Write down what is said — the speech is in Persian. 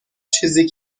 چیزی